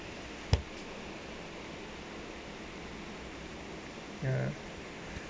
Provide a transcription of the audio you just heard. ya